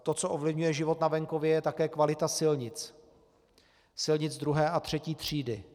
To, co ovlivňuje život na venkově, je také kvalita silnic, silnic druhé a třetí třídy.